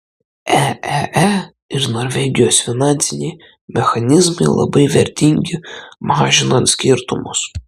eee ir norvegijos finansiniai mechanizmai labai vertingi mažinant skirtumus